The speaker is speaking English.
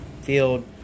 field